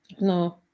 No